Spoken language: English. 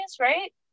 right